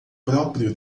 próprio